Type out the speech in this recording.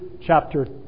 chapter